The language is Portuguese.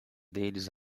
deles